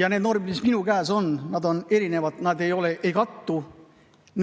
ja need normid, mis minu käes on, on erinevad, nad ei kattu